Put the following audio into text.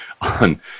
on